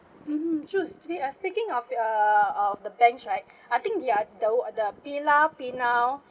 mm mm truth to be uh speaking of uh of the bench right I think ya though the PayLah PayNow